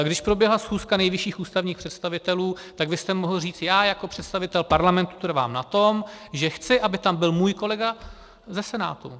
Když proběhla schůzka nejvyšších ústavních představitelů, tak vy jste mohl říct: já jako představitel parlamentu trvám na tom, že chci, aby tam byl můj kolega ze Senátu.